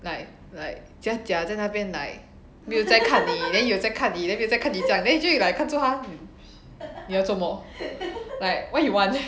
like like 假假在那边 like 没有在看你 then 有在看你 then 没有看你这样 then 你就会 like 看住他你要做么 like what you want